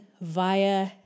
via